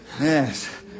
Yes